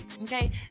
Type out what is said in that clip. Okay